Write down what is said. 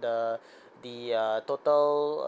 the the uh total